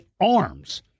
arms